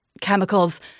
chemicals